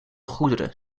goederen